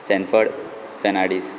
Sanford Fernandes